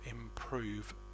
improve